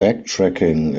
backtracking